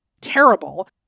terrible